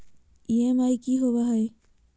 EMI की होवे है?